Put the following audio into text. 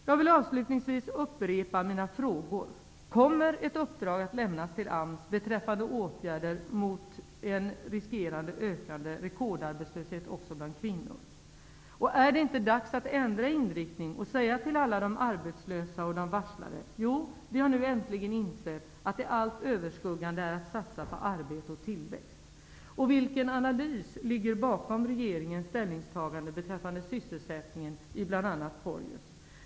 Jag vill avslutningsvis upprepa mina frågor: Kommer ett uppdrag att lämnas till AMS beträffande åtgärder mot riskerna för en rekordarbetslöshet också bland kvinnor? Är det inte dags att ändra inriktning och säga till alla de arbetslösa och de varslade: Jo, vi har äntligen insett att det allt överskuggande nu är att satsa på arbete och tillväxt. Vilken analys ligger bakom regeringens ställningstagande beträffande sysselsättningen i bl.a. Porjus?